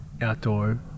outdoor